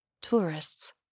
Tourists